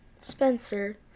Spencer